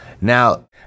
Now